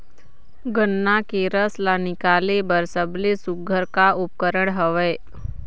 गन्ना के रस ला निकाले बर सबले सुघ्घर का उपकरण हवए?